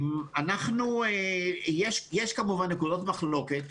יש כמובן נקודות מחלוקת.